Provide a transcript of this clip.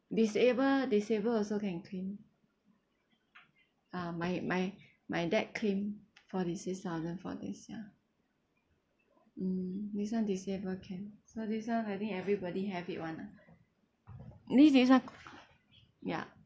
disable disabled also can claim ah my my my dad claimed forty six thousand for this ya mm this [one] disabled can so this [one] I think everybody have it [one] ah means this [one] ya